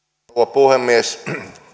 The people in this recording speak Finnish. puhemies